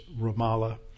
Ramallah